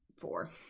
four